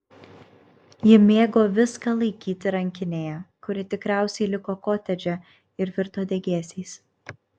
ji mėgo viską laikyti rankinėje kuri tikriausiai liko kotedže ir virto degėsiais